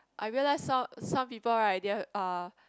I realize some some people right they're uh